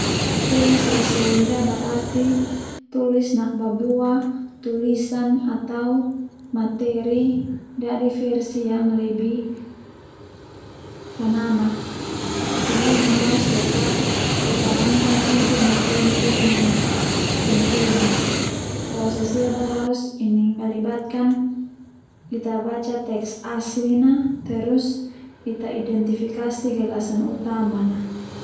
Tulis resume ndia berarti tulis nakbabua tulisan atau materi dadi versi yang lebih fananak, tehuna harus pertahankan ide no poin-poin penting proses ia boe harus melibatkan Ita baca teks aslina terus Ita identifikasi gagasan utama na.